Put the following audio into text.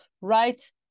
right